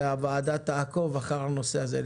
הוועדה תעקוב אחר הנושא הזה.